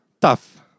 Tough